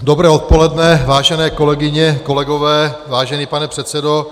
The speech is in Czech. Dobré odpoledne, vážené kolegyně, kolegové, vážený pane předsedo.